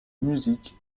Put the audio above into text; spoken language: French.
musique